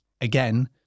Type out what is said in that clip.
Again